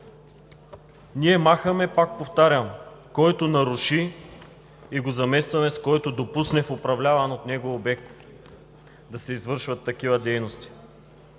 Ние махаме, пак повтарям: „който наруши“, и го заместваме с „който допусне в управляван от него обект“ да се извършват такива дейности.